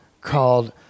called